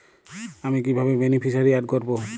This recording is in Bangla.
আমি কিভাবে বেনিফিসিয়ারি অ্যাড করব?